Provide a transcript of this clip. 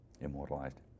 Immortalized